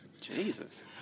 Jesus